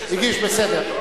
הגיש, בסדר.